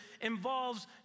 involves